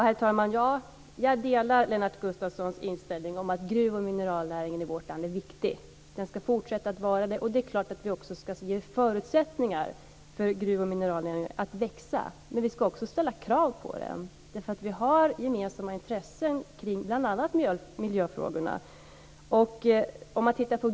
Herr talman! Ja, jag delar Lennart Gustavssons inställning att gruv och mineralnäringen i vårt land är viktig, och det ska den fortsatt vara. Det är klart att vi också ska ge gruv och mineralnäringen förutsättningar att växa men vi ska även ställa krav på den därför att vi har gemensamma intressen bl.a. kring miljöfrågorna.